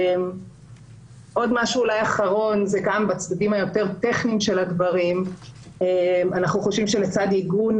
עוד משהו טכני: אנחנו חושבים שמצד עיגון